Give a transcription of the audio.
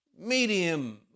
medium